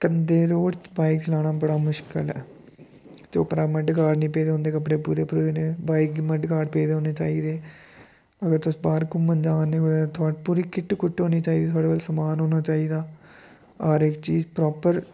गंदे रोड़ च बाइक चलाना बड़ा मुश्कल ऐ ते उप्परा मडगार्ड नेईं पेदे होन ते कपड़े पूरे भरोई दे होने बाइक गी मडगार्ड पेदे होने चाहिदे अगर तुस बाह्र घूमन जा दे कुदै थुआढ़े पूरी किट कुट होनी चाहिदी थुआढ़े कोल समान होना चाहिदा हर इक चीज प्रापर